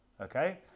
okay